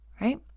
Right